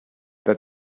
that